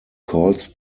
calls